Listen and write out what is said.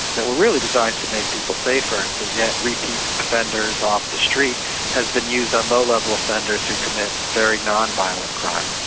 that were really designed to make people safer and to get repeat offenders off the street has been used on low-level offenders who commit very non-violent crime.